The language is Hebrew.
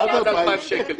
עד 2,000 שקל.